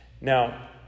Now